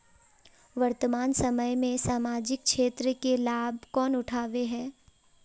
वर्तमान समय में सामाजिक क्षेत्र के लाभ कौन उठावे है?